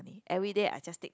everyday I just take